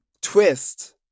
Twist